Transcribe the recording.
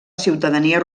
ciutadania